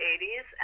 80s